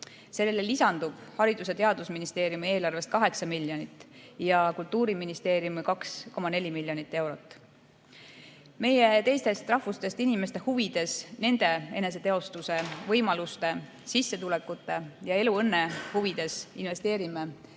Sellele lisandub Haridus- ja Teadusministeeriumi eelarvest 8 miljonit ja Kultuuriministeeriumi eelarvest 2,4 miljonit eurot. Meie teistest rahvustest inimeste huvides, nende eneseteostuse võimaluste, sissetulekute ja eluõnne huvides investeerime